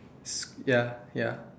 ya ya